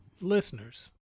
listeners